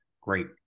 great